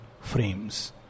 frames